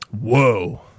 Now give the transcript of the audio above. whoa